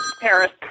Paris